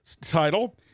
title